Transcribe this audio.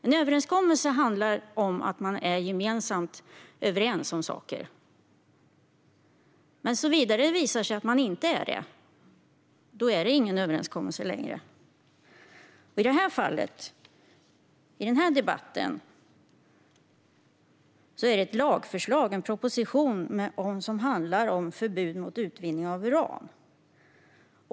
En överenskommelse handlar om att man är överens om saker, men om det visar sig att man inte är det finns det inte längre någon överenskommelse. I detta fall och i denna debatt gäller det ett lagförslag - en proposition - som handlar om förbud mot utvinning av uran.